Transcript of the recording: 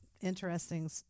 interesting